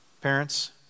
parents